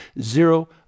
zero